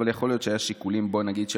אבל יכול להיות שהיו שיקולים לא מקצועיים,